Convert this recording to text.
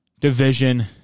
division